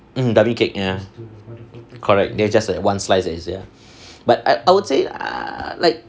mm dummy cake ya correct there just like one slice is here but I I would say err like